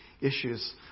issues